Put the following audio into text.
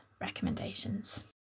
recommendations